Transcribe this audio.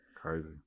Crazy